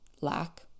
lack